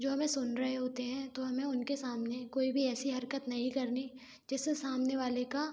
जो हमें सुन रहे होते हैं तो हमे उनके सामने कोई भी ऐसी हरकत नहीं करनी जिससे सामने वाले का